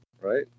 right